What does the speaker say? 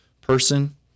person